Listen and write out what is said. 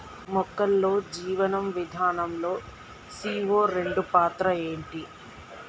మొక్కల్లో జీవనం విధానం లో సీ.ఓ రెండు పాత్ర ఏంటి?